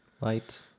Light